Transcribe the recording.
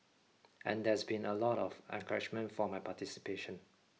and there's been a lot of encouragement for my participation